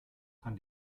kann